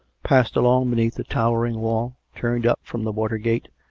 passed along beneath the towering wall, turned up from the water-gate,